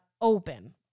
open